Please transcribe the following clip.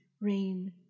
rain